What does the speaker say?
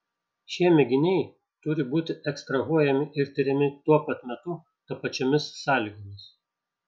šie mėginiai turi būti ekstrahuojami ir tiriami tuo pat metu tapačiomis sąlygomis